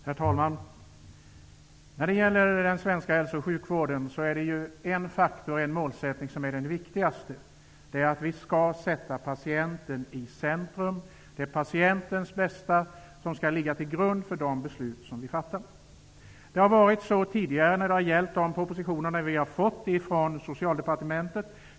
Herr talman! När det gäller den svenska hälso och sjukvården är det en faktor, en målsättning, som är viktigast: Vi skall sätta patienten i centrum. Det är patientens bästa som skall ligga till grund för de beslut som vi fattar. Det har tidigare varit så i de propositioner som vi har fått från Socialdepartementet.